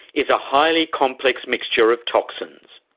is a highly complex mixture of toxins.